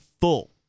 full